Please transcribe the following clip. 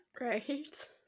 Right